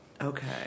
Okay